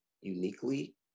uniquely